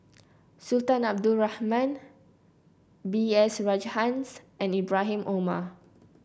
Sultan Abdul Rahman B S Rajhans and Ibrahim Omar